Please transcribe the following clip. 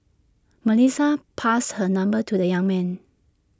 Melissa passed her number to the young man